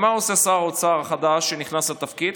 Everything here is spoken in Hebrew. מה עושה שר אוצר חדש שנכנס לתפקיד?